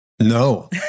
No